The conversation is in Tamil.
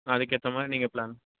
ஆ அதுக்கு ஏற்ற மாதிரி நீங்கள் ப்ளான்